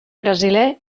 brasiler